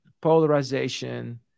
polarization